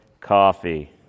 Coffee